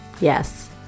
Yes